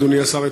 אדוני השר,